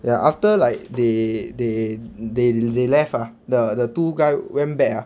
ya after like they they they they left ah the the two guy went back ah